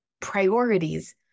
Priorities